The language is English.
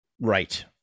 right